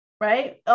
Right